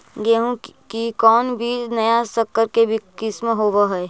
गेहू की कोन बीज नया सकर के किस्म होब हय?